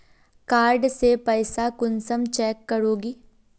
Card से पैसा कुंसम चेक करोगी?